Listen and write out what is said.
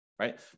Right